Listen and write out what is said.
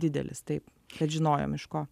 didelis taip kad žinojom iš ko